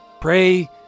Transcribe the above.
Pray